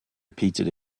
repeated